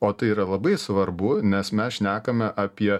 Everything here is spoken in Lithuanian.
o tai yra labai svarbu nes mes šnekame apie